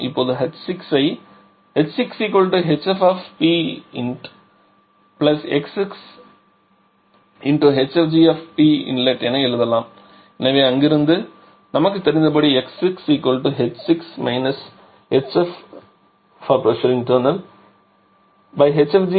இப்போது h6 ஐ h6hf|Pintx6hfg|Pint என எழுதலாம் எனவே அங்கிருந்து நமக்கு தெரிந்தப் படி x6h6 hf|Pinthfg|Pint0